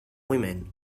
women